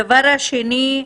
הדבר השני,